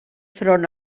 front